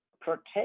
protect